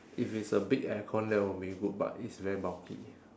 if it's a big aircon that will be good but it's very bulky